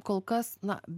kol kas na